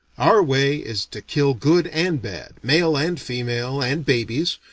our way is to kill good and bad, male and female and babies,